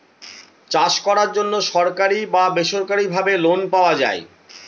চাষ করার জন্য সরকারি ও বেসরকারি ভাবে লোন পাওয়া যায়